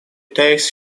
takes